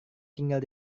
tinggal